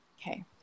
Okay